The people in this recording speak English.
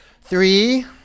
Three